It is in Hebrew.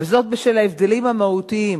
וזאת בשל ההבדלים המהותיים